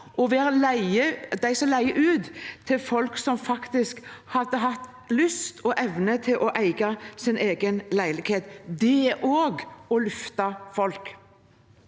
å være de som leier ut til folk som faktisk hadde hatt lyst og evne til å eie sin egen leilighet. Det er også å løfte folk.